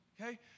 Okay